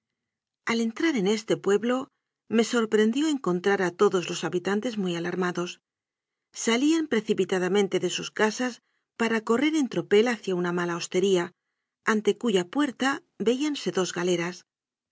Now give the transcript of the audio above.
al entrar en este pueblo me sorprendió encontrar a todos los habi tantes muy alarmados salían precipitadamente de sus casas para correr en tropel hacia una mala hostería ante cuya puerta veíanse dos galeras